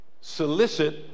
solicit